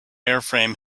airframe